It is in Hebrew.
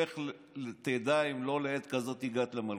לך תדע אם לא לעת כזאת הגעת למלכות.